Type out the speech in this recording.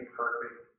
perfect